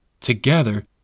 Together